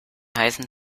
heißen